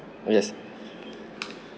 yes